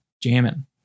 jamming